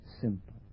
simple